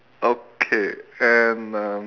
okay and um